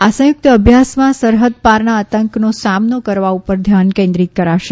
આ સંયુકત અભ્યાસમાં સરહદ પારના આતંકનો સામનો કરવા ઉપર ધ્યાન કેન્દ્રીત કરાશે